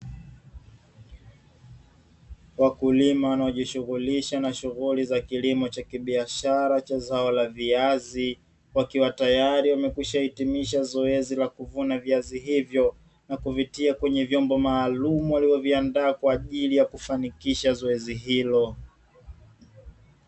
Wakulima wanojishughulisha na shughulia za kilimo cha kibiashara cha zao la viazi, wakiwa tayari wamekwisha hitimisha zoezi la kuvuna viazi hivyo na kuvitia kwenye vyombo maalumu walivyoviandaa kwa ajili ya kufanikisha zoezi hilo.